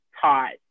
taught